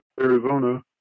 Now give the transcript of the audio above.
Arizona